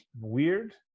weird